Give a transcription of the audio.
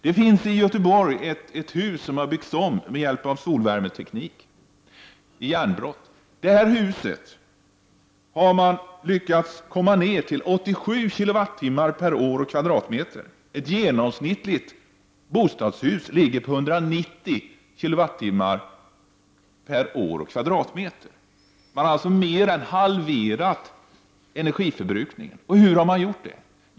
Det finns i Göteborg ett hus, i Järnbrott, som har byggts om med hjälp av solvärmeteknik. När det gäller det här huset har man lyckats få ned energiförbrukningen till 87 kWh år och m?. Man har alltså mer än halverat energiförbrukningen. Hur har det gått till?